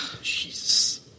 Jesus